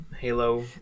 halo